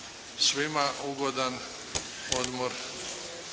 Svima ugodan odmor.